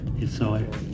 inside